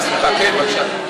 סליחה, סליחה, כן, בבקשה.